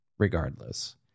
Regardless